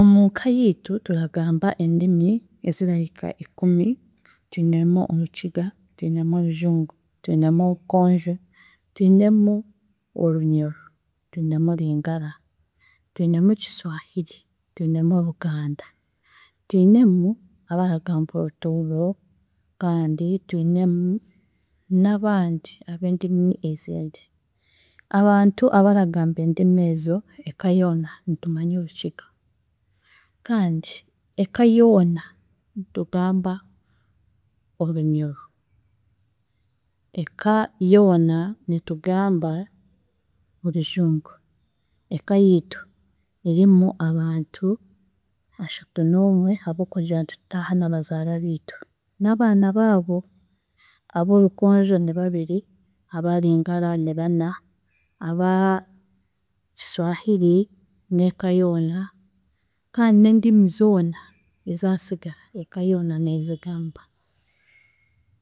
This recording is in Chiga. Omu ka yiitu turagamba endimi ezirahika ikumi; twinemu Orukiga, twinemu Orujungu, twinemu Orukunjo, twinemu Orunyoro, twinemu Lingara, twinemu Kiswahiri, twinemu Oluganda, twinemu abaragamba Orutooro, kandi twinemu n'abandi ab'endimi ezindi. Abantu abaragamba endimi ezo eka yoona nitumanya Orukiga kandi eka yoona nitugamba Orunyoro, eka yoona nitugamba Rujungu, eka yiitu erimu abantu ashatu n'omwe ahabw'okugira nitutaaha na bazaara biitu n'abaana baabo, ab'Orukonjo ni babiri, aba Lingara ni bana, aba Kiswahiri n'eka yoona kandi n'endimi zoona ezaasigara eka yoona neezigamba.